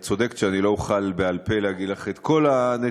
את צודקת שאני לא אוכל בעל-פה להגיד לך את כל הנתונים,